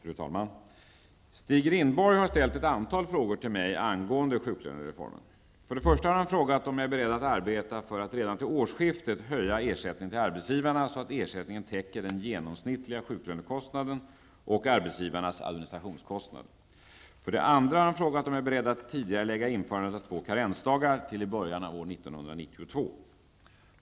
Fru talman! Stig Rindborg har ställt ett antal frågor till mig angående sjuklönereformen. För det första har han frågat om jag är beredd att arbeta för att redan till årsskiftet höja ersättningen till arbetsgivarna, så att ersättningen täcker den genomsnittliga sjuklönekostnaden och arbetsgivarnas administrationskostnader. För det andra har han frågat om jag är beredd att tidigarelägga införandet av två karensdagar till början av år 1992.